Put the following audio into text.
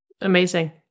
Amazing